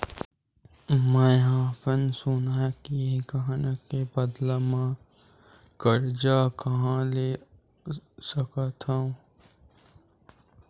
मेंहा अपन सोनहा के गहना के बदला मा कर्जा कहाँ ले सकथव?